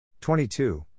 22